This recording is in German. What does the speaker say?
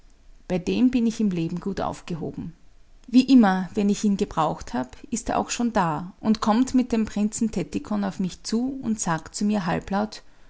bei dem bin ich im leben gut aufgehoben wie immer wenn ich ihn gebraucht hab ist er auch schon da und kommt mit dem prinzen tettikon auf mich zu und sagt zu mir halblaut